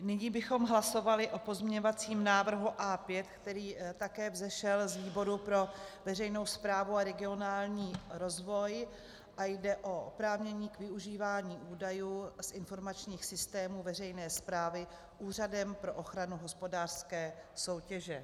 Nyní bychom hlasovali o pozměňovacím návrhu A5, který také vzešel z výboru pro veřejnou správu a regionální rozvoj, a jde o oprávnění k využívání údajů z informačních systémů veřejné správy Úřadem pro ochranu hospodářské soutěže.